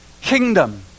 kingdom